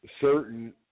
certain